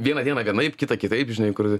vieną dieną vienaip kitą kitaip žinai kur